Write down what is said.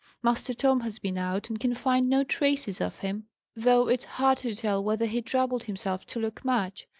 master tom has been out, and can find no traces of him though it's hard to tell whether he troubled himself to look much.